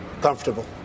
comfortable